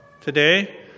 Today